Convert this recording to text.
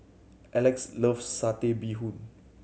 Elex loves Satay Bee Hoon